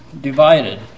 Divided